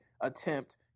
attempt